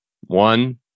One